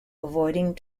avoiding